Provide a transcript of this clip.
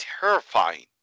terrifying